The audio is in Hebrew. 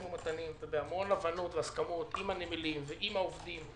ומתנים והבנות והסכמות עם הנמלים ועם העובדים.